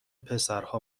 پسرها